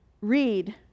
Read